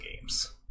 games